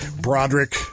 Broderick